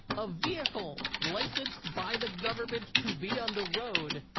a vehicle licensed by the government to be on the road.